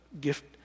gift